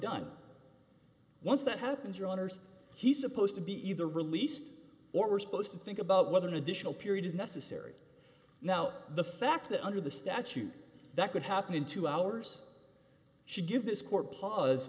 done once that happens your honour's he's supposed to be either released or we're supposed to think about whether an additional period is necessary now the fact that under the statute that could happen in two hours should give this court pa